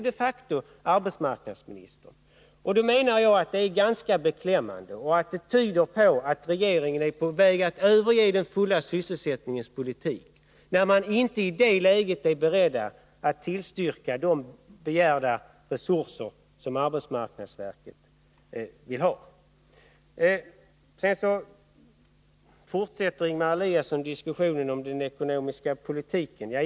Det menar jag är ganska beklämmande och tyder på att regeringen är på väg att överge den fulla sysselsättningens politik, eftersom man i detta läge inte är beredd att ge arbetsmarknadsverket de resurser som verket har begärt. Sedan fortsätter Ingemar Eliasson diskussionen om den ekonomiska politiken.